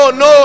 no